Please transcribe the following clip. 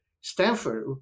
Stanford